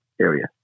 area